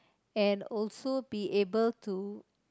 and also be able to